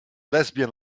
lesbian